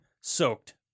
soaked